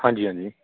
ਹਾਂਜੀ ਹਾਂਜੀ